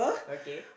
okay